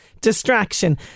distraction